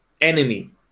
enemy